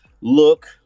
look